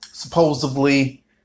Supposedly